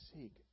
seek